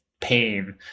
pain